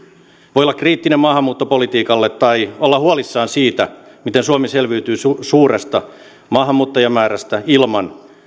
voi olla kriittinen maahanmuuttopolitiikalle tai olla huolissaan siitä miten suomi selviytyy suuresta maahanmuuttajamäärästä ilman